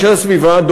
אנשי הסביבה,